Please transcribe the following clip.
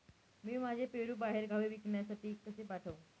मी माझे पेरू बाहेरगावी विकण्यासाठी कसे पाठवू?